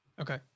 okay